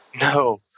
No